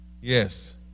Yes